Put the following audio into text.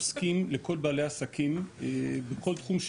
עוזרים לכל בעלי העסקים בכל תחום,